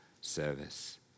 service